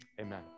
Amen